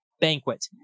banquet